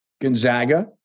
Gonzaga